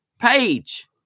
page